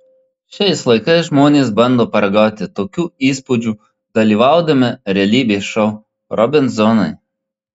šiais laikais žmonės bando paragauti tokių įspūdžių dalyvaudami realybės šou robinzonai